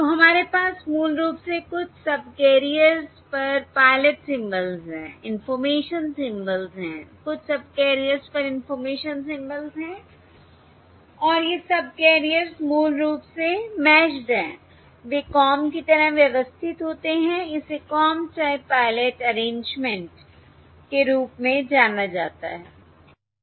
तो हमारे पास मूल रूप से कुछ सबकैरियर्स पर पायलट सिंबल्स हैं इंफॉर्मेशन सिंबल्स हैं कुछ सबकैरियर्स पर इंफॉर्मेशन सिंबल्स हैं और ये सबकैरियर्स मूल रूप से मैश्ड हैं वे कॉम की तरह व्यवस्थित होते हैं इसे कॉम टाइप पायलट अरेंजमेंट के रूप में जाना जाता है